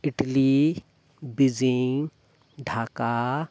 Italy Beijing Dhaka